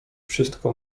wszystko